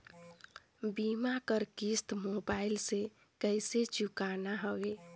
बीमा कर किस्त मोबाइल से कइसे चुकाना हवे